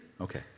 Okay